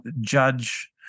judge